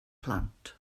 plant